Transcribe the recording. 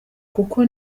kuko